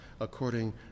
according